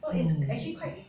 mm